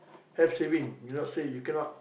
have saving you not say you cannot